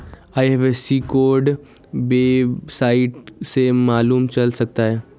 IFSC code website से मालूम चल सकता है